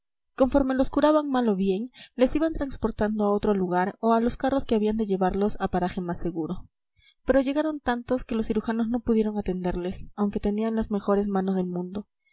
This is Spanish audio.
conforme los curaban mal o bien les iban transportando a otro lugar o a los carros que habían de llevarlos a paraje más seguro pero llegaron tantos que los cirujanos no pudieron atenderles aunque tenían las mejores manos del mundo